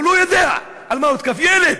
הוא לא יודע על מה הותקף, ילד.